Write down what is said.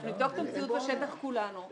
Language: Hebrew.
אנחנו נבדוק את המציאות בשטח, כולנו.